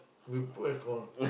we put air con